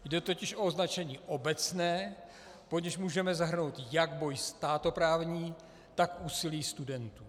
Jde totiž o označení obecné, do nějž můžeme zahrnout jak boj státoprávní, tak úsilí studentů.